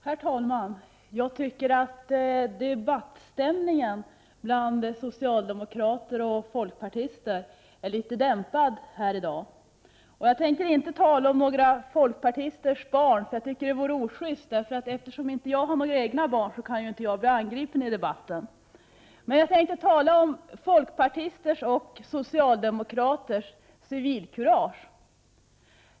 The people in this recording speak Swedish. Herr talman! Debattstämningen bland socialdemokrater och folkpartister är litet dämpad här i dag. Jag tänker inte tala om några folkpartisters barn — det vore ojust, eftersom jag inte har några egna barn och inte kan angripas i debatten. Jag tänkte tala om folkpartisters och socialdemokraters civilkurage.